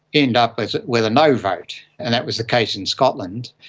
end up with a no vote, and that was the case in scotland.